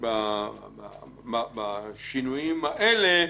בשינויים האלה,